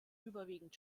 überwiegend